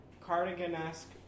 cardigan-esque